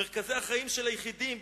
מרכזי החיים של היחידים,